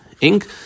ink